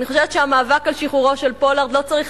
אני חושבת שהמאבק על שחרורו של פולארד לא צריך